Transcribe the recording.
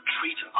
Treat